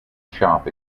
shop